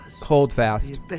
Holdfast